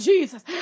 Jesus